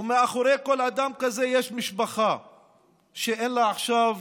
ומאחורי כל אדם כזה יש משפחה שאין לה עכשיו